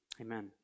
Amen